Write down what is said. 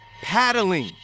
paddling